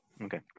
Okay